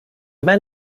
man